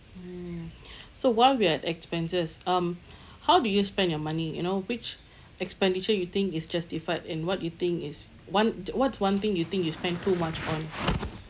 mm so while we are at expenses um how do you spend your money you know which expenditure you think is justified and what do you think is one th~ what's one thing you think you spend too much on